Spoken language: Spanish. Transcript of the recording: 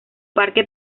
parque